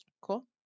Cool